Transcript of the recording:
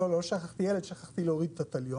לא שכחתי ילד אלא שכחתי להוריד את התליון,